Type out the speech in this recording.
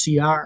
CR